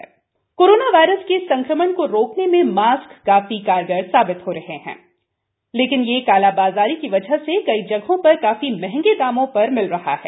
corona mask corona virus के संक्रमण को रोकने में मास्क काफी कारगर साबित हो रहा है लेकिन ये कालाबाजारी की वजह से कई जगहों पर काफी महंगे दामों पर मिल रहा है